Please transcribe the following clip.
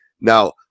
Now